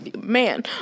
Man